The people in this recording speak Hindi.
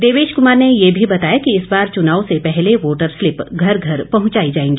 देवेश कुमार ने ये भी बताया कि इस बार चुनाव से पहले वोटर स्लिप घर घर पहुंचाई जाएगी